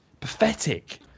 Pathetic